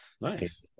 nice